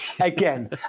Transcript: Again